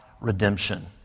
redemption